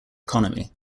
economy